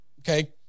Okay